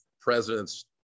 presidents